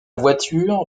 voiture